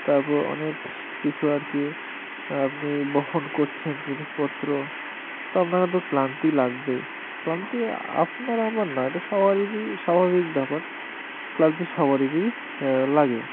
তারপর অনেক কিছু আর কি আপনি বহন করছেন জিনিসপত্র তো আপনাকে তো ক্লান্তি লাগবেই ক্লান্তি আপনার আমার নয় এটা সবারই স্বাভাবিক ব্যাপার ক্লান্তি সবারই লাগে